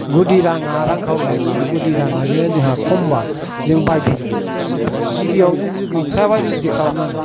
गुदि राङा रांखावरिया बा गुदि राङा जेनेबा जोंहा खमबा जों बायद्ध' जाहैगोन गिबियावनो जों जुदि गैथाराब्ला जों बिदि खालामनांगोन